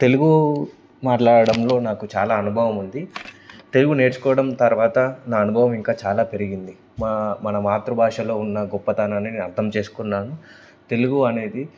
తెలుగు మాట్లాడడంలో నాకు చాలా అనుభవం ఉంది తెలుగు నేర్చుకోవడం తర్వాత నా అనుభవం ఇంకా చాలా పెరిగింది మా మన మాతృభాషలో ఉన్న గొప్పతనాన్ని నేను అర్థం చేసుకున్నాను తెలుగు అనేది